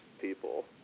people